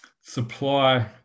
supply